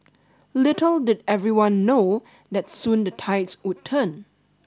little did everyone know that soon the tides would turn